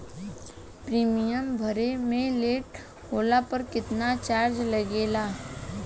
Premium भरे मे late होला पर केतना चार्ज लागेला?